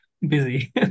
busy